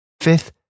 Fifth